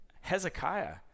Hezekiah